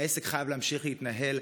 והעסק חייב להמשיך להתנהל.